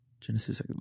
Genesis